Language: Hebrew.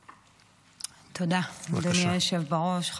תודה, אדוני היושב בראש.